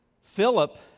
Philip